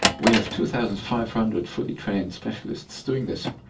we have two thousand five hundred fully trained specialists doing this.